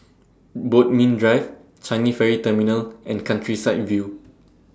Bodmin Drive Changi Ferry Terminal and Countryside View